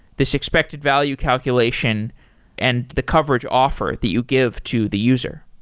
this expected value calculation and the coverage offer that you give to the user?